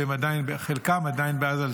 לצערנו חלקם עדיין בעזה.